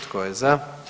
Tko je za?